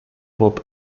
bob